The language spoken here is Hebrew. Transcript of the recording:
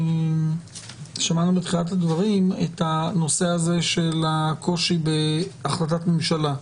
שמענו בתחילת הדברים את הנושא הזה של הקושי בהחלטת ממשלה.